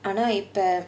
ஆனா இப்ப:aanaa ippa